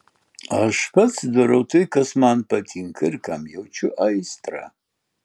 aš pats darau tai kas man patinka ir kam jaučiu aistrą